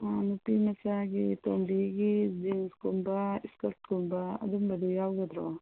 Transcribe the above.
ꯑꯥ ꯅꯨꯄꯤ ꯃꯆꯥꯒꯤ ꯇꯣꯝꯕꯤꯒ ꯖꯤꯟꯁꯀꯨꯝꯕ ꯏꯁꯀꯔꯠꯀꯨꯝꯕ ꯑꯗꯨꯒꯨꯝꯕꯗꯣ ꯌꯥꯎꯒꯗ꯭ꯔꯣ